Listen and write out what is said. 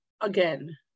again